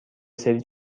سری